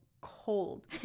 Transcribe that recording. cold